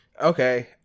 Okay